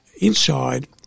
inside